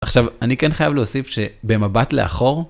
עכשיו אני כן חייב להוסיף שבמבט לאחור